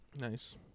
nice